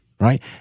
Right